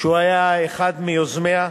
שהוא היה אחד מיוזמיה,